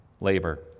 labor